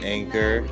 Anchor